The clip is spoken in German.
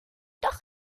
doch